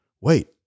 wait